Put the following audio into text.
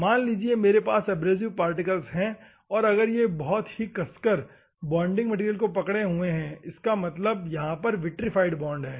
मान लेते हैं मेरे पास एब्रेसिव पार्टिकल है और अगर यह बहुत ही कसकर बॉन्डिंग मैटेरियल को पकड़े हुए हैं तो इसका मतलब है यहां पर विट्रीफाइड बॉन्डिंग है